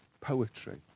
poetry